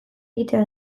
egitea